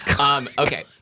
Okay